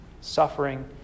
Suffering